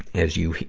as you,